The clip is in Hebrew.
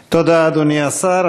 תודה, אדוני השר.